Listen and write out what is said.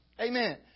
Amen